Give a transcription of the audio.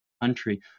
country